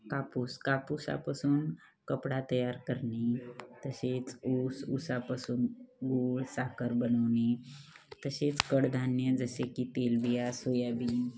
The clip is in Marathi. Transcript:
कापूस कापसापासून कपडा तयार करणे तसेच ऊस ऊसापासून गुळ साखर बनवणे तसेच कडधान्य जसे की तेलबिया सोयाबीन